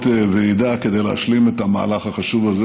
ועידה כדי להשלים את המהלך החשוב הזה,